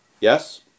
Yes